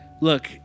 look